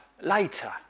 later